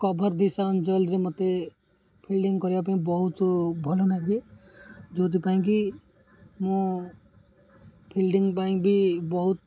cover ଦିଶା ରେ ମୋତେ fielding କରିବା ପାଇଁ ବହୁତ ଭଲ ଲାଗେ ଯେଉଁଥି ପାଇଁ କି ମୁଁ ଫିଲ୍ଡିଙ୍ଗ୍ ପାଇଁ ବି ବହୁତ